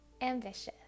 Ambitious